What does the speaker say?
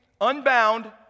unbound